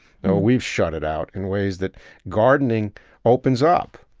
we've shut it out in ways that gardening opens up.